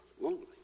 lonely